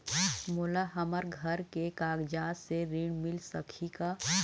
मोला हमर घर के कागजात से ऋण मिल सकही का?